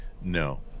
No